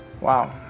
Wow